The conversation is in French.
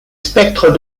spectres